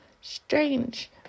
Strange